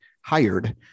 hired